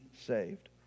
saved